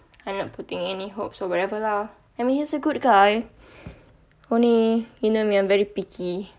I'm not putting any hopes or whatever lah I mean he is a good guy only you know me I'm very picky